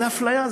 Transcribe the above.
זה אפליה,